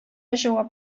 җавап